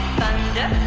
thunder